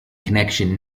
connection